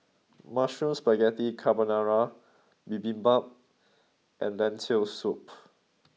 mushroom Spaghetti Carbonara Bibimbap and Lentil soup